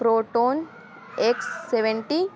proton X seventy